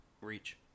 Reach